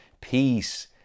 Peace